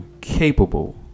capable